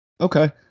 Okay